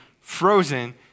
frozen